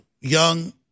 young